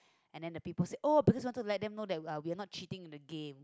and the people said oh because want to let them know that we are not cheating in the game